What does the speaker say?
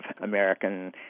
American